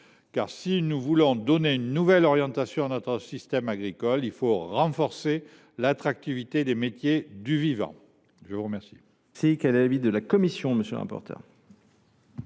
si nous voulons donner une nouvelle orientation à notre système agricole, nous devons renforcer l’attractivité des métiers du vivant. Quel